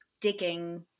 digging